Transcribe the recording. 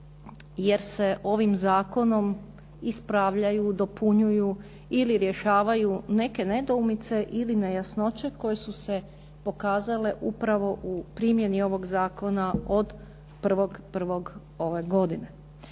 jer se ovim zakonom ispravljaju, dopunjuju ili rješavaju neke nedoumice ili nejasnoće koje su se pokazale upravo u primjeni ovog zakona od 1.1. ove godine.